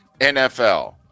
NFL